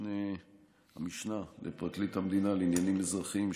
המשנה לפרקליט המדינה לעניינים אזרחיים,